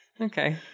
Okay